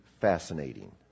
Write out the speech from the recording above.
fascinating